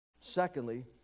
Secondly